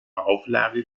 auflage